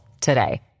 today